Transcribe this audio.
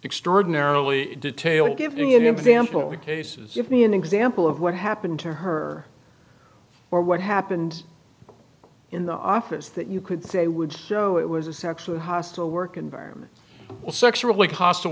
extraordinarily detailed give me an example cases give me an example of what happened to her or what happened in the office that you could say would show it was a sexual hostile work environment sexually host